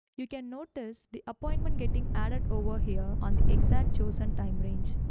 you can notice the appointment getting added over here on the exact chosen time range.